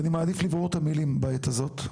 ואני מעדיף לברור את המילים בעת הזאת,